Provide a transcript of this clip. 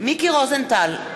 מיקי רוזנטל,